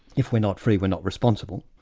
if we're not free, we're not responsible,